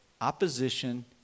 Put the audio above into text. opposition